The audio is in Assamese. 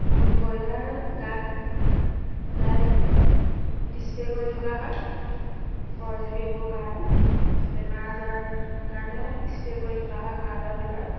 আৰু ব্ৰইলাৰৰ গাত সদায় স্প্ৰে' কৰি থকা হয় পৰজীৱী এইবোৰ কাৰণে বেমাৰ আজাৰ কাৰণেও স্প্ৰে' কৰি থকা হয় গঁৰালৰ ভিতৰত